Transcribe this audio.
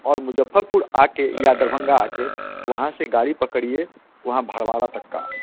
और मुजफ़्फ़रपुर आकर या दरभंगा आकर वहाँ से गाड़ी पकड़िए वहाँ भड़बारा तक का